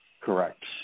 Correct